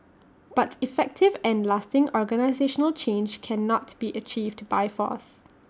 but effective and lasting organisational change cannot be achieved by force